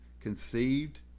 conceived